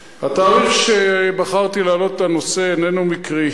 התאריך שבחרתי להעלות בו את הנושא איננו מקרי.